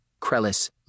Krellis